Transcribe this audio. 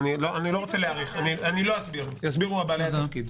אני לא רוצה להאריך - יסבירו בעלי התפקיד.